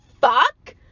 fuck